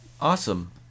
Awesome